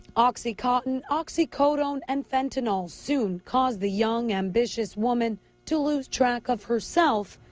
oxycontin, oxycodone, and fentenyl soon caused the young ambitious woman to lose track of herself,